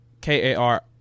K-A-R